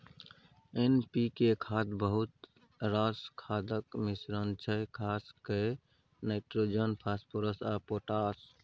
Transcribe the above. NPK खाद बहुत रास खादक मिश्रण छै खास कए नाइट्रोजन, फास्फोरस आ पोटाश